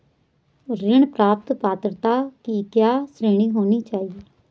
ऋण प्राप्त पात्रता की क्या श्रेणी होनी चाहिए?